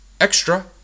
extra